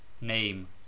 name